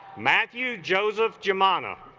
matthew joseph jimana